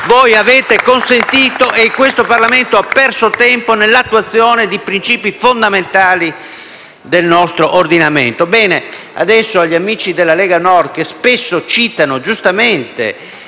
Voi avete consentito che il Parlamento perdesse tempo nell'attuazione di princìpi fondamentali del nostro ordinamento. Gli amici della Lega Nord spesso citano, giustamente,